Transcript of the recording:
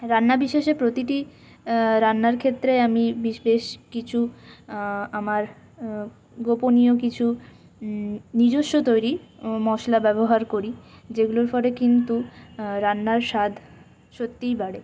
রান্না বিশেষে প্রতিটি রান্নার ক্ষেত্রে আমি বেশ কিছু আমার গোপনীয় কিছু নিজস্ব তৈরি মশলা ব্যবহার করি যেগুলোর ফলে কিন্তু রান্নার স্বাদ সত্যিই বাড়ে